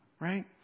Right